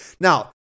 Now